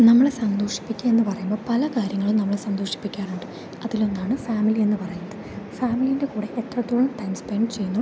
നമ്മളെ സന്തോഷിപ്പിക്കുക എന്ന് പറയുമ്പോൾ പല കാര്യങ്ങളും നമ്മളെ സന്തോഷിപ്പിക്കാറുണ്ട് അതിൽ ഒന്നാണ് ഫാമിലി എന്ന് പറയുന്നത് ഫാമിലീൻ്റെ കൂടെ എത്രത്തോളം ടൈം സ്പെൻഡ് ചെയ്യുന്നു